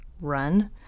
run